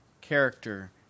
character